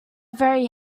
very